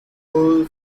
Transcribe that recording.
bull